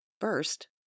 First